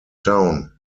town